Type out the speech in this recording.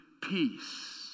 peace